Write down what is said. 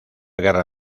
guerra